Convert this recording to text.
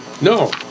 No